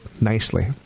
Nicely